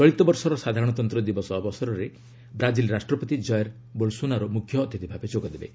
ଚଳିତ ବର୍ଷର ସାଧାରଣତନ୍ତ ଦିବସ ଉତ୍ସବରେ ବ୍ରାଜିଲ୍ ରାଷ୍ଟ୍ରପତି ଜୟେର୍ ବୋଲ୍ସୋନାରୋ ମୁଖ୍ୟ ଅତିଥି ଭାବେ ଯୋଗଦେବେ